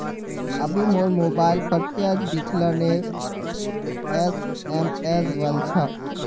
अभी मोर मोबाइलत प्रत्यक्ष विकलनेर एस.एम.एस वल छ